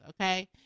Okay